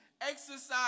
exercise